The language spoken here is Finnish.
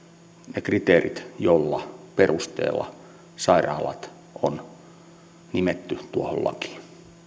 ne kriteerit jolla perusteella sairaalat on nimetty tuohon lakiin